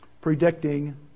predicting